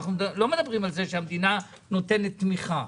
אנחנו לא מדברים על זה שהמדינה נותנת תמיכה.